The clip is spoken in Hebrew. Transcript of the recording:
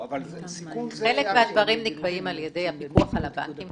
חלק מהדברים נקבעים על ידי הפיקוח על הבנקים,